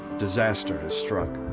disaster has struck.